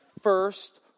first